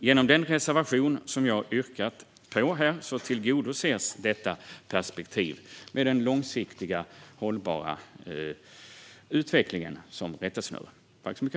Genom den reservation som jag har yrkat bifall till här tillgodoses detta perspektiv med den långsiktiga hållbara utvecklingen som rättesnöre.